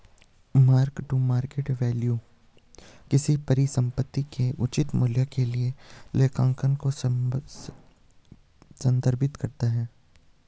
mark to market value किसी परिसंपत्ति के उचित मूल्य के लिए लेखांकन को संदर्भित करता है